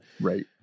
Right